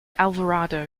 alvarado